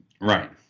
Right